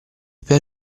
per